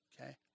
Okay